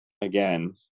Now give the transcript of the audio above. again